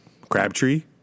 Crabtree